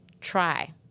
try